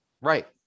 Right